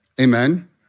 Amen